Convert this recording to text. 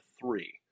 three